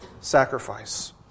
sacrifice